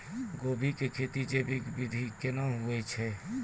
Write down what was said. गोभी की खेती जैविक विधि केना हुए छ?